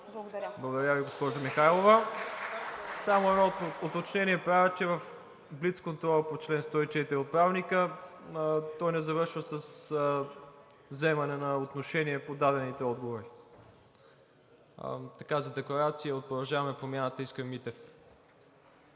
Благодаря Ви, госпожо Михайлова. Само едно уточнение правя, че в блицконтрола по чл. 104 от Правилника той не завършва с вземане на отношение по дадените отговори. За декларация от „Продължаваме Промяната“, заповядайте.